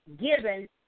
given